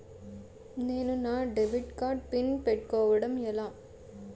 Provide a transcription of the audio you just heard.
నేను నా debit card pin పెట్టుకోవడం ఎలా?